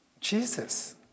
Jesus